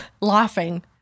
laughing